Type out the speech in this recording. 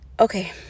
Okay